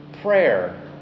Prayer